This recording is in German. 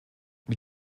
mit